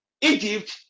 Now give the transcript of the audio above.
egypt